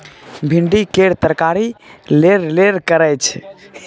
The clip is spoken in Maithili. भिंडी केर तरकारी लेरलेर करय छै